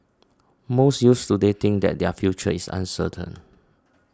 most youths today think that their future uncertain